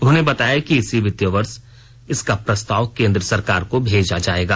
उन्होंने बताया कि इसी वित्तीय वर्ष इसका प्रस्ताव केंद्र सरकार को भेजा जाएगा